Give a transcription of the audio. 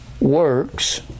works